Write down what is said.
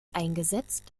eingesetzt